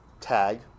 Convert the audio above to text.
tag